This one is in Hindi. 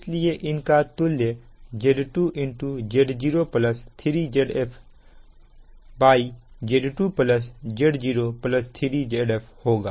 इसलिए इनका तुल्य Z2Z03ZfZ2Z03Zf होगा